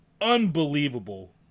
unbelievable